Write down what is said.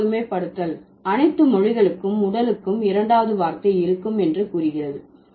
முதல் பொதுமைப்படுத்தல் அனைத்து மொழிகளுக்கும் உடலுக்கும் இரண்டாவது வார்த்தை இருக்கும் என்று கூறுகிறது